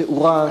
בתאורה,